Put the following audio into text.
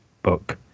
book